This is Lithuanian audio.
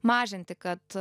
mažinti kad